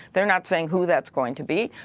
theyre not saying who thats going to be.